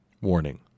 Warning